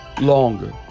longer